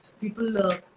people